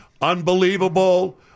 unbelievable